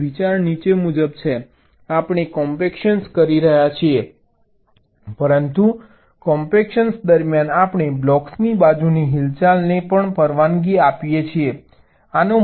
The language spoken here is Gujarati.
હવે વિચાર નીચે મુજબ છે કે આપણે કોમ્પેક્શન કરી રહ્યા છીએ પરંતુ કોમ્પેક્શન દરમિયાન આપણે બ્લોક્સની બાજુની હિલચાલને પણ પરવાનગી આપીએ છીએ